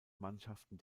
mannschaften